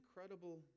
incredible